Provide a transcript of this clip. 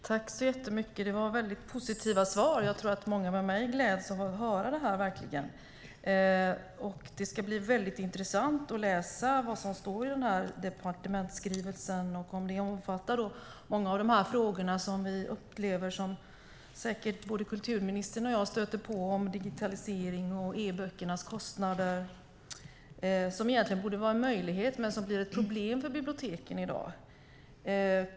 Herr talman! Det var väldigt positiva svar. Jag tror att många med mig verkligen gläds åt att höra detta. Det ska bli väldigt intressant att läsa vad som står i departementsskrivelsen och se om det omfattar många av de frågor som säkert både kulturministern och jag stöter på, om digitalisering och e-böckernas kostnader. Det borde egentligen vara en möjlighet, men det blir ett problem för biblioteken i dag.